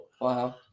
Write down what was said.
Wow